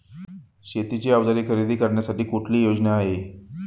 शेतीची अवजारे खरेदी करण्यासाठी कुठली योजना आहे?